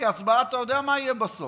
הצבעות, כי הצבעה, אתה יודע מה יהיה בסוף.